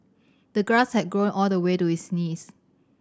the grass had grown all the way to his knees